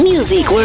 Music